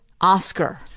Oscar